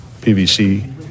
pvc